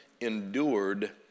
endured